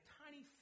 tiny